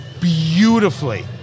beautifully